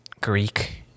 Greek